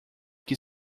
que